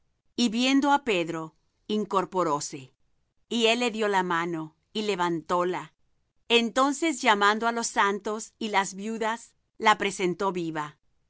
y viendo á pedro incorporóse y él le dió la mano y levantóla entonces llamando á los santos y las viudas la presentó viva